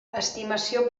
estimació